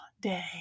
day